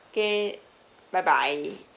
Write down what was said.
okay bye bye